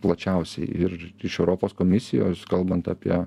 plačiausiai ir iš europos komisijos kalbant apie